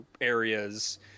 areas